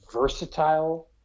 versatile